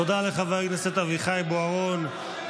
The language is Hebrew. תודה לחבר הכנסת אביחי בוארון.